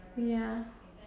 ya